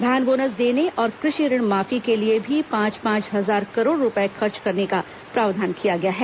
धान बोनस देने और कृषि ऋण माफी के लिए भी पांच पांच हजार करोड़ रूपये खर्च करने का प्रावधान किया गया है